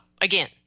again